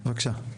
בבקשה.